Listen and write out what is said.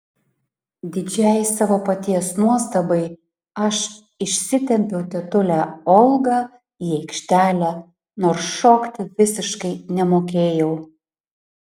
didžiai savo paties nuostabai aš išsitempiau tetulę olgą į aikštelę nors šokti visiškai nemokėjau